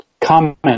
comment